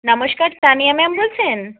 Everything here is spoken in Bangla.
নমস্কার তানিয়া ম্যাম বলছেন